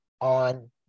on